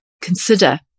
consider